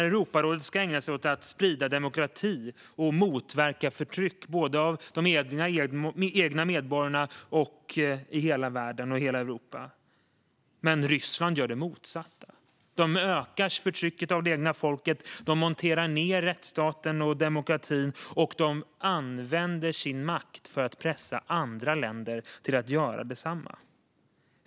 Europarådet ska ägna sig åt att sprida demokrati och motverka förtryck av såväl de egna medborgarna som människor i hela Europa och världen, fru talman, men Ryssland gör det motsatta. De ökar förtrycket av det egna folket, monterar ned rättsstaten och demokratin och använder sin makt för att pressa andra länder att göra detsamma.